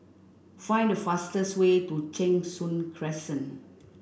find the fastest way to Cheng Soon Crescent